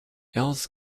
else